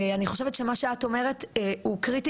אני חושבת שמה שאת אומרת הוא קריטי